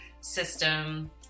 system